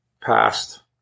past